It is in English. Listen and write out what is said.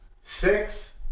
Six